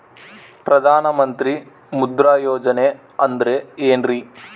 ಪ್ರಧಾನ ಮಂತ್ರಿ ಮುದ್ರಾ ಯೋಜನೆ ಅಂದ್ರೆ ಏನ್ರಿ?